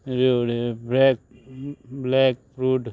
रेवड्यो black black fruit